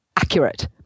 accurate